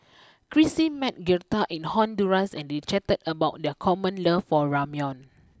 Krissy met Girtha in Honduras and they chatted about their common love for Ramyeon